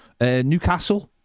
Newcastle